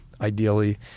ideally